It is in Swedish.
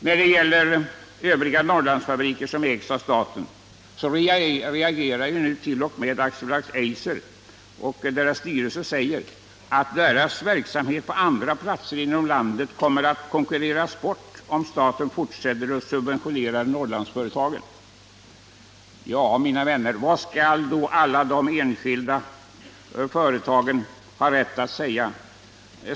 När det gäller övriga Norrlandsfabriker som ägs av staten reagerar nu t.o.m. AB Eisers styrelse och säger, att deras verksamhet på andra platser inom landet kommer att konkurreras ut om staten fortsätter att subventionera Norrlandsföretagen. Vad skall då, mina vänner, alla de enskilda företagen ha rätt att säga?